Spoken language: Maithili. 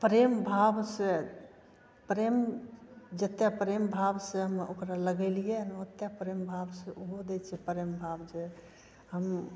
प्रेम भाबसे प्रेम जतेक प्रेम भाब से हम ओकरा लगेलियै हँ ओतेक प्रेम भाब से ओहो दै छै प्रेम भाब जे हमहुँ